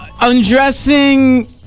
Undressing